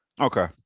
Okay